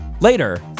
later